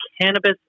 Cannabis